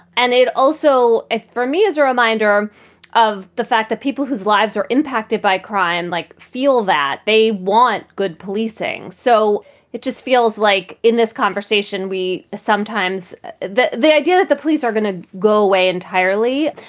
and it also, for me, is a reminder of the fact that people whose lives are impacted by crime like feel that they want good policing. so it just feels like in this conversation, we sometimes the the idea that the police are going to go away entirely.